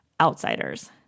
outsiders